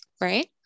right